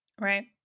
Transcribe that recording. Right